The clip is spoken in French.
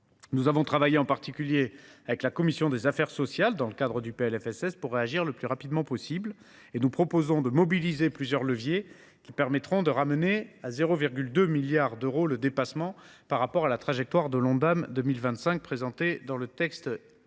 Nous avons travaillé en particulier avec la commission des affaires sociales dans le cadre de l’examen du PLFSS, afin de réagir le plus rapidement possible. Nous proposons de mobiliser plusieurs leviers qui permettront de ramener à 0,2 milliard d’euros le dépassement par rapport à la trajectoire de l’Ondam 2025 présentée dans le texte